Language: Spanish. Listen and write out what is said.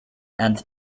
and